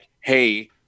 hey